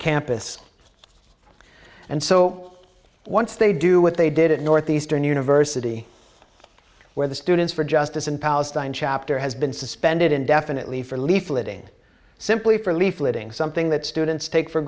campus and so once they do what they did at northeastern university where the students for justice in palestine chapter has been suspended indefinitely for leafleting simply for leafleting something that students take for